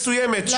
במידה מסוימת,